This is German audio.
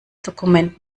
dokument